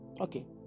okay